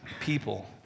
people